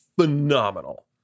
phenomenal